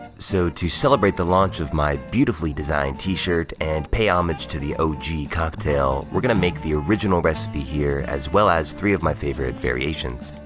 so, to celebrate the launch of my beautifully designed t-shirt and pay homage to the o. g. cocktail, we're gonna make the original recipe here, as well as three of my favorite variations.